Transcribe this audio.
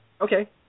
Okay